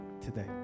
today